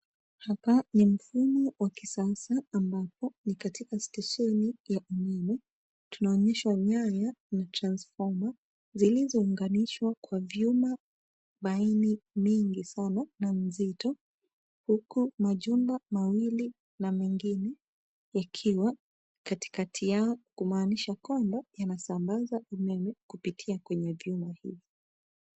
Hapa ni mfumo wa kisasa ambapo ni katika stesheni ya umeme. Tunaonyeshwa nyanya na transformer zilizounganishwa kwa vyuma baini mingi sana na mzito huku majumba mawili na mengine yakiwa katikati yao kumaanisha kwamba yanasambaza umeme kupitia kwenye vyuma hivyo.